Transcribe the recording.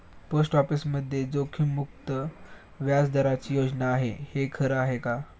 Post ऑफिसमध्ये जोखीममुक्त व्याजदराची योजना आहे, हे खरं आहे का?